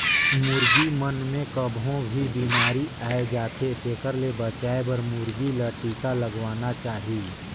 मुरगी मन मे कभों भी बेमारी आय जाथे तेखर ले बचाये बर मुरगी ल टिका लगवाना चाही